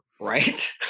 Right